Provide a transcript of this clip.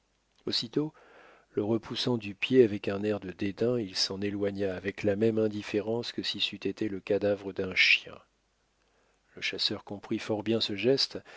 aussitôt le repoussant du pied avec un air de dédain il s'en éloigna avec la même indifférence que si c'eût été le cadavre d'un chien le chasseur comprit fort bien ce geste